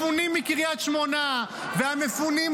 מספיק.